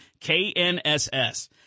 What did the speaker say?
KNSS